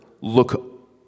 look